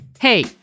Hey